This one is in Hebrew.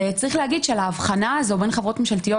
צריך להגיד שלהבנה הזאת בין חברות ממשלתיות,